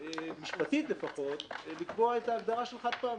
משפטית לפחות, לקבוע את ההגדרה של חד פעמית.